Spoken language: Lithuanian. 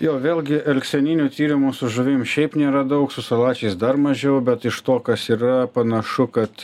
jo vėlgi elgseninių tyrimų su žuvim šiaip nėra daug su salačiais dar mažiau bet iš to kas yra panašu kad